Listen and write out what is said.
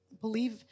believe